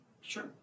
Sure